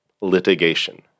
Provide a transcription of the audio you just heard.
litigation